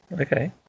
okay